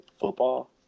football